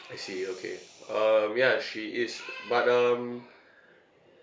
I see okay um ya she is but um